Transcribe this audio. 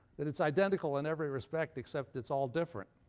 that it's identical in every respect, except it's all different.